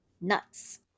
nuts